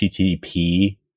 HTTP